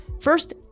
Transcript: First